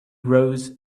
rose